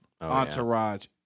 entourage